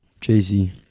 Jay-Z